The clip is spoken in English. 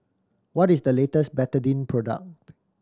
what is the latest Betadine product